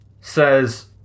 says